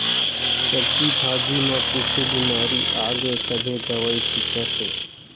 सब्जी भाजी म कुछु बिमारी आगे तभे दवई छितत हे